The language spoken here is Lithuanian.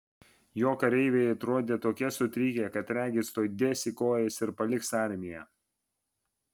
jo kareiviai atrodė tokie sutrikę kad regis tuoj dės į kojas ir paliks armiją